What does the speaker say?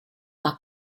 are